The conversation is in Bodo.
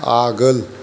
आगोल